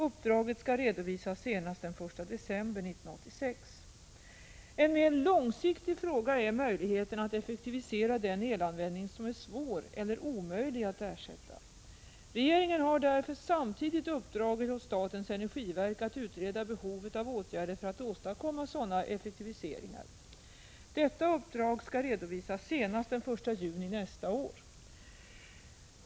Uppdraget skall redovisas senast den 1 december 1986. En mer långsiktig fråga är möjligheterna att effektivisera den elanvändning som är svår eller omöjlig att ersätta. Regeringen har därför samtidigt uppdragit åt statens energiverk att utreda behovet av åtgärder för att åstadkomma sådana effektiviseringar. Detta uppdrag skall redovisas senast 83 den 1 juni nästa år.